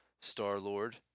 Star-Lord